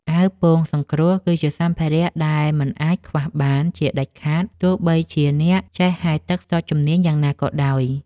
អាវពោងសង្គ្រោះ គឺជាសម្ភារៈដែលមិនអាចខ្វះបានជាដាច់ខាត ទោះបីជាអ្នកចេះហែលទឹកស្ទាត់ជំនាញយ៉ាងណាក៏ដោយ។